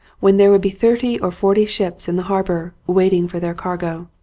when there would be thirty or forty ships in the har bour, waiting for their cargo.